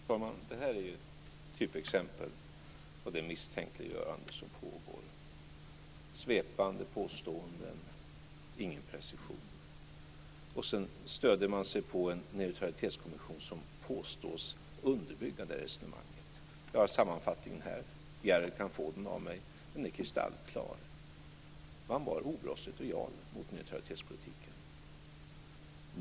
Fru talman! Det här är ett typexempel på det misstänkliggörande som pågår - svepande påståenden, ingen precision. Sedan stöder man sig på en neutralitetskommission som påstås underbygga det resonemanget. Jag har sammanfattningen här. Järrel kan få den av mig. Den är kristallklar: Man var obrottsligt lojal mot neutralitetspolitiken.